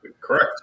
correct